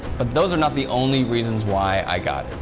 but those are not the only reasons why i got